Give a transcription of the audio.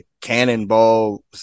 cannonball